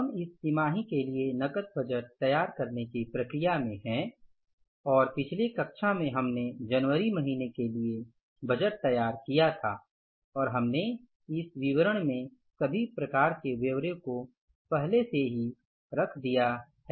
हम इस तिमाही के लिए नकद बजट तैयार करने की प्रक्रिया में हैं और पिछली कक्षा में हमने जनवरी महीने के लिए बजट तैयार किया था और हम ने इस विवरण में सभी प्रकार के ब्योरे को पहले से ही रख दिया है